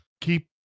keep